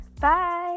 bye